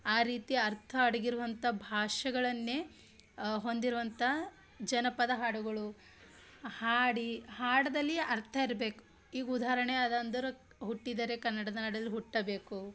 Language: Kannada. ಆ ರೀತಿ ಅರ್ಥ ಅಡಗಿರುವಂಥ ಭಾಷೆಗಳನ್ನೇ ಹೊಂದಿರುವಂಥ ಜನಪದ ಹಾಡುಗಳು ಹಾಡಿ ಹಾಡ್ದಲಿ ಅರ್ಥ ಇರಬೇಕು ಈಗ ಉದಾಹರಣೆ ಅದ ಅಂದರೆ ಹುಟ್ಟಿದರೆ ಕನ್ನಡ ನಾಡಲ್ಲಿ ಹುಟ್ಟಬೇಕು